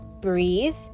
breathe